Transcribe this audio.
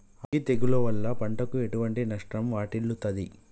అగ్గి తెగులు వల్ల పంటకు ఎటువంటి నష్టం వాటిల్లుతది?